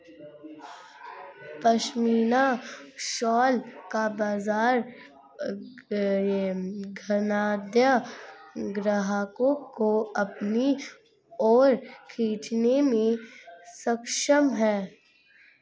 pashmina shawl का बाजार धनाढ्य ग्राहकों को अपनी ओर खींचने में सक्षम है